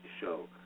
show